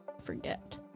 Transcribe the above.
forget